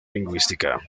lingüística